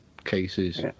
cases